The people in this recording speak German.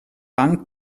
bank